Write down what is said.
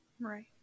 Right